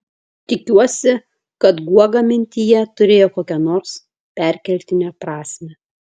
tikiuosi kad guoga mintyje turėjo kokią nors perkeltinę prasmę